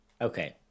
Okay